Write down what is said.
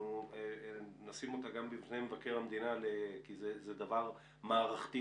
אנחנו נשים בפני מבקר המדינה כי זה דבר מערכתי.